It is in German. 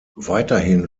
weiterhin